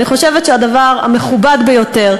אני חושבת שהדבר המכובד ביותר,